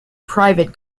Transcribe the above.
private